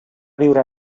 viure